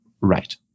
right